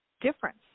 difference